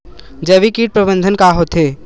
जैविक कीट प्रबंधन का होथे?